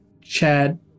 Chad